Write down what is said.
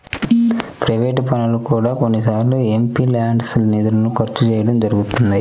private పనులకు కూడా కొన్నిసార్లు ఎంపీల్యాడ్స్ నిధులను ఖర్చు చేయడం జరుగుతున్నది